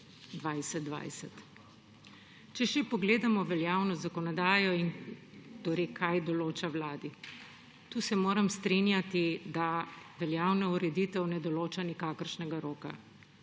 2020. Če pogledamo še veljavno zakonodajo in kaj določa Vladi. Tu se moram strinjati, da veljavna ureditev ne določa nikakršnega roka.